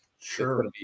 sure